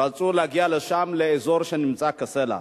רצו להגיע לשם לאזור שנמצא, קאסֶלה.